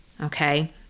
Okay